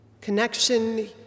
connection